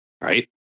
Right